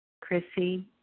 Chrissy